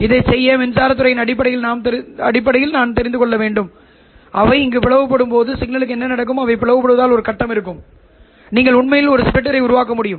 அதைச் செய்ய மின்சாரத் துறையின் அடிப்படையில் நான் தெரிந்து கொள்ள வேண்டும் அவை இங்கு பிளவுபடும்போது சிக்னலுக்கு என்ன நடக்கும் அவை பிளவுபடுவதால் ஒரு கட்டம் இருக்கும் நீங்கள் உண்மையில் ஒரு ஸ்ப்ளிட்டரை உருவாக்க முடியும்